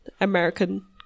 American